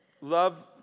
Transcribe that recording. love